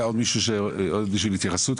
היה עוד מישהו עם התייחסות?